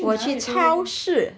我去超市